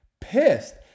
pissed